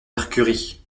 mercury